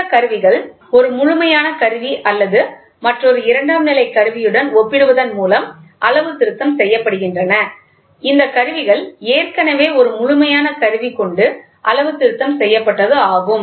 இந்த கருவிகள் ஒரு முழுமையான கருவி அல்லது மற்றொரு இரண்டாம் நிலை கருவியுடன் ஒப்பிடுவதன் மூலம் அளவுத்திருத்தம் செய்யப்படுகின்றன இந்தக் கருவிகள் ஏற்கனவே ஒரு முழுமையான கருவி கொண்டு அளவுத்திருத்தம் செய்யப்பட்டது ஆகும்